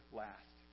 last